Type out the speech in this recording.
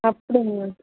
அப்படிங்ளா